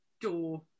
door